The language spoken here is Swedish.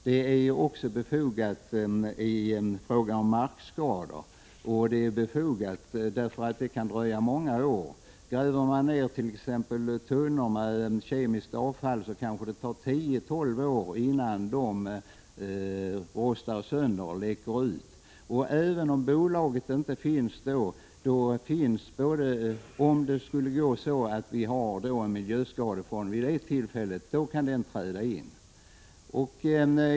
Det är också befogat i fråga om markskador, därför att det kan dröja många år innan skadorna upptäcks. Om man t.ex. gräver ner tunnor med kemiskt avfall kanske det tar 10-12 år innan de rostar sönder och innehållet läcker ut. Om bolaget inte finns då, men vi vid det tillfället har en miljöskadefond, kan den träda in.